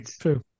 true